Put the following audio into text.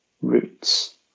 roots